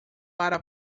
para